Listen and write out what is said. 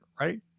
right